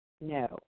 No